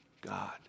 God